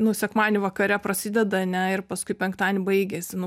nu sekmadienį vakare prasideda ane ir paskui penktadienį baigėsi